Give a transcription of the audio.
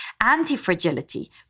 anti-fragility